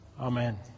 Amen